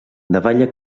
davalla